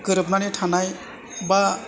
गोरोबनानै थानाय बा